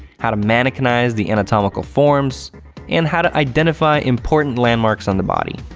how to mannequinize the anatomical forms and how to identify important landmarks on the body.